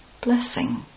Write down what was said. Blessing